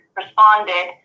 responded